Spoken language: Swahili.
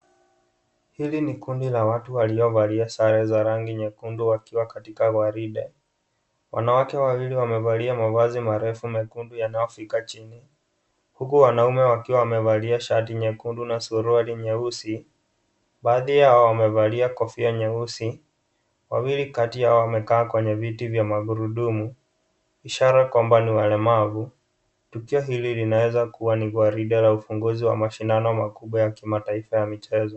Hili ni kundi la watu waliovalia sare za rangi nyekundu wakiwa katika gwaride. Wanawake wawili wamevalia mavazi marefu mekundu yanayofika chini huku wanaume wakiwa wamevalia shati nyekundu na suruali nyeusi. Baadhi yao wamevalia kofia nyeusi. Wawili kati yao wamekaa kwenye viti vya magurudumu, ishara kwamba ni walemavu, tukio hili linaweza kuwa ni gwaride la ufunguzi wa mashindano makubwa ya kimataifa ya michezo.